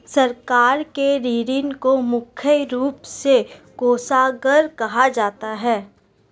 सरकार के ऋण को मुख्य रूप से कोषागार कहा जाता है